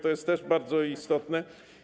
To jest też bardzo istotne.